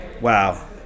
Wow